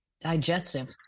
Digestive